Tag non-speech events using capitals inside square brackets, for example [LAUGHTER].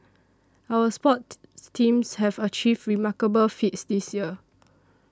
our sports [NOISE] teams have achieved remarkable feats this year